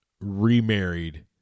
remarried